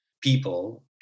people